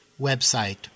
website